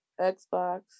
Xbox